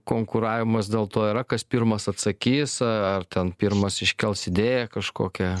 konkuravimas dėl to yra kas pirmas atsakys ar ten pirmas iškels idėją kažkokią